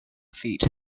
feet